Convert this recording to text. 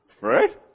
Right